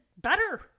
better